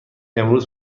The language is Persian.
امروز